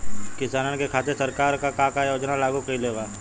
किसानन के खातिर सरकार का का योजना लागू कईले बा?